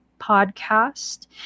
podcast